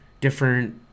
different